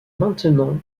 maintenant